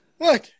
Look